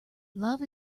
love